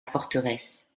forteresse